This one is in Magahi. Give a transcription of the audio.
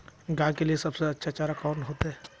गाय के लिए सबसे अच्छा चारा कौन होते?